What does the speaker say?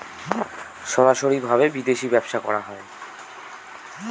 সরাসরি ভাবে বিদেশী ব্যবসা করা যায়